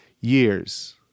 years